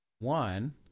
One